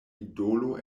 idolo